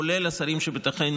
כולל השרים שבתוכנו,